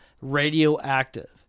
radioactive